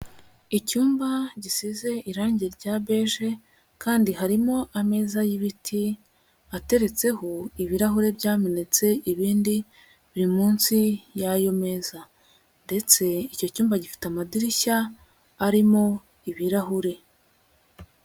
Icyumba gisize irangi rya beje kandi harimo ameza y'ibiti, ateretseho ibirahure byamenetse ibindi biri munsi y'ayo meza ndetse icyo cyumba gifite amadirishya arimo ibirahuri.